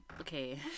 okay